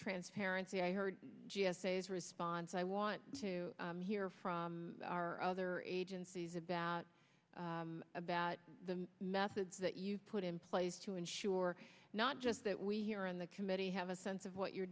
transparency i heard g s a is response i want to hear from our other agencies about about the methods that you put in place to ensure not just that we here in the committee have a sense of what you're